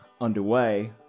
underway